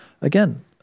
Again